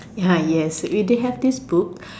ya yes we did have this book